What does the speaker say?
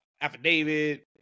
affidavit